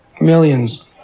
Millions